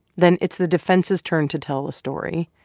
then it's the defense's turn to tell a story.